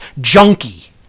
junkie